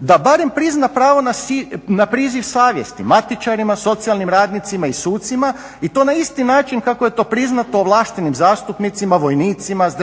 da barem prizna pravo na priziv savjesti matičarima, socijalnim radnicima i sucima i to na isti način kako je to priznato ovlaštenim zastupnicima, vojnicima, zdravstvenim